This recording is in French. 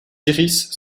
iris